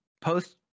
post